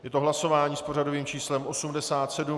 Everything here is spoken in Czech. Je to hlasování s pořadovým číslem 87.